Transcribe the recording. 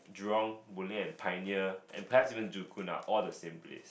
Jurong Boon-Lay and Pioneer and perhaps even Joo-Koon are all the same place